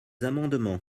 amendements